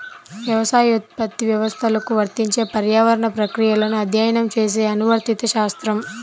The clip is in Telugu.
వ్యవసాయోత్పత్తి వ్యవస్థలకు వర్తించే పర్యావరణ ప్రక్రియలను అధ్యయనం చేసే అనువర్తిత శాస్త్రం